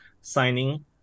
signing